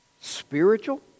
spiritual